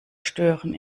stören